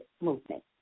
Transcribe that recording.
movement